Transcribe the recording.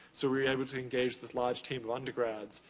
so, we were able to engage this large team of undergrads.